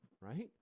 Right